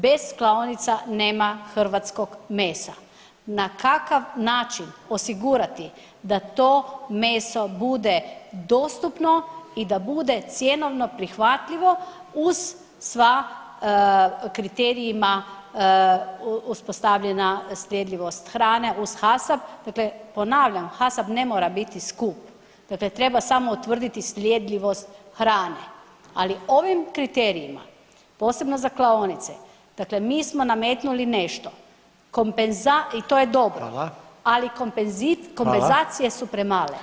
Bez klaonica nema hrvatskog mesa, na kakav način osigurati da to meso bude dostupno i da bude cjenovno prihvatljivo uz sva kriterijima uspostavljena sljedivost hrane uz HACCP, dakle ponavljam, HACCP ne mora bit skup, dakle treba samo utvrditi sljedivost hrane, ali ovim kriterijima, posebno za klaonice, dakle mi smo nametnuti nešto i to je dobro, ali kompenzacije su premale.